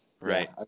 Right